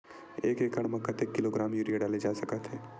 एक एकड़ म कतेक किलोग्राम यूरिया डाले जा सकत हे?